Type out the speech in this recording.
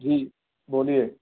جی بولیے